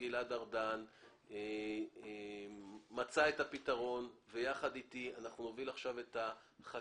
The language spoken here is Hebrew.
גלעד ארדן מצא את הפתרון ויחד אתי אנחנו נוביל עכשיו את החקיקה